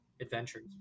adventures